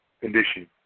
condition